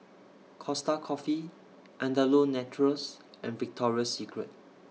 Costa Coffee Andalou Naturals and Victoria Secret